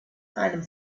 einem